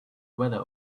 weather